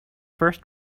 first